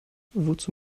wozu